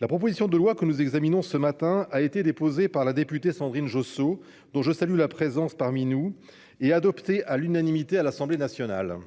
La proposition de loi que nous examinons ce matin a été déposée par la députée Sandrine Josso, dont je salue la présence parmi nous, et adoptée à l'unanimité par l'Assemblée nationale.